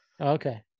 Okay